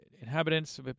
Inhabitants